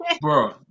Bro